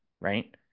right